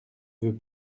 veux